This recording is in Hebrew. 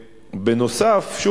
נוסף על כך,